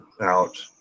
out